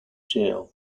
jail